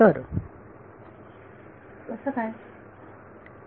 विद्यार्थी कसा काय